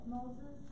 Moses